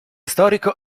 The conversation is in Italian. storico